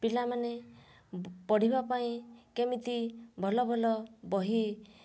ପିଲାମାନେ ପଢ଼ିବା ପାଇଁ କେମିତି ଭଲଭଲ ବହି